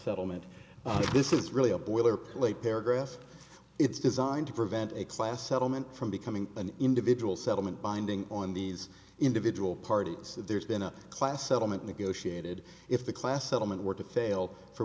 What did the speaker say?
settlement this is really a boilerplate paragraph it's designed to prevent a class settlement from becoming an individual settlement binding on these individual parties that there's been a class settlement negotiated if the class settlement were to fail for